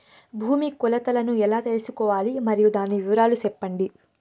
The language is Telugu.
భూమి కొలతలను ఎలా తెల్సుకోవాలి? మరియు దాని వివరాలు సెప్పండి?